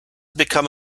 become